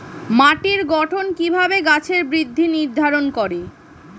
মাটির গঠন কিভাবে গাছের বৃদ্ধি নির্ধারণ করে?